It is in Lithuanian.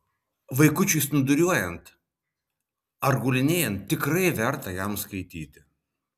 vaikučiui snūduriuojant ar gulinėjant tikrai verta jam skaityti